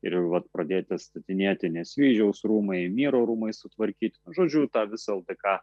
ir vat pradėti atstatinėti nesvyžiaus rūmai myro rūmai sutvarkyti žodžiu tą visą ldk